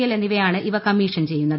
L എന്നിവയാണ് ഇവ കമ്മീഷൻ ചെയ്യുന്നത്